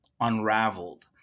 unraveled